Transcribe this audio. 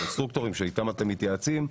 הקונסטרוקטורים שאיתם אתם מתייעצים,